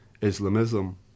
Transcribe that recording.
Islamism